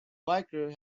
biker